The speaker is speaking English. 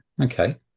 okay